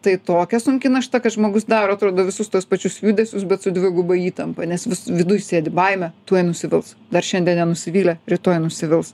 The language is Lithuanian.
tai tokia sunki našta kad žmogus daro atrodo visus tuos pačius judesius bet su dviguba įtampa nes viduj sėdi baimė tuoj nusivils dar šiandien nenusivylė rytoj nusivils